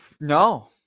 No